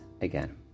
again